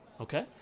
okay